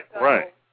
right